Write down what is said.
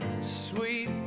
Sweet